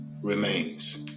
remains